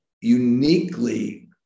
uniquely